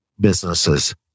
businesses